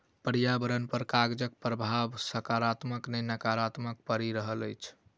पर्यावरण पर कागजक प्रभाव साकारात्मक नै नाकारात्मक पड़ि रहल अछि